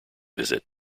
visit